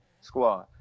squad